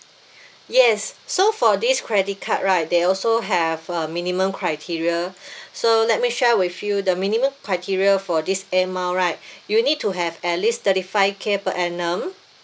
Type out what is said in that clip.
yes so for this credit card right they also have a minimum criteria so let me share with you the minimum criteria for this air mile right you need to have at least thirty five K per annum